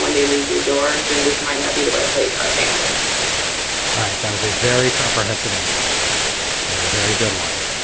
when they leave your doors, then this might not be the right place for our family all right. that was a very comprehensive answer and a very good one.